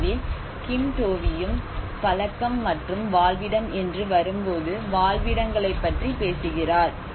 எனவே கிம் டோவியும் பழக்கம் மற்றும் வாழ்விடம் என்று வரும்போது வாழ்விடங்களைப் பற்றி பேசுகிறார்